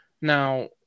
Now